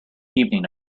evening